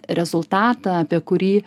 rezultatą apie kurį